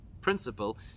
principle